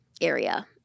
area